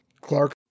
Clark